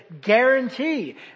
guarantee